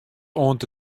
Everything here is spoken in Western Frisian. oant